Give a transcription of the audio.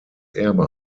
erbe